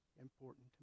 important